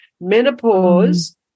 menopause